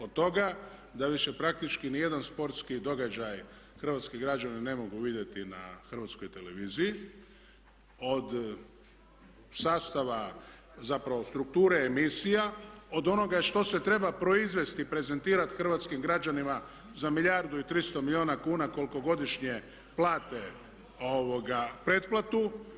Od toga da više praktički ni jedan sportski događaj hrvatski građani ne mogu vidjeti na HRT-u od sastava, zapravo strukture emisija, od onoga što se treba proizvesti i prezentirati hrvatskim građanima za milijardu i 300 milijuna kuna koliko godišnje plate pretplatu.